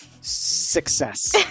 Success